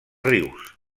rius